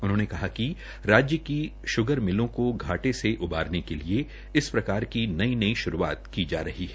उन्होंने कहा कि राज्य की श्रगर मिलों को घाटे से उबारने के लिए इस प्रकार की नई नई शुरूआत की जा रही है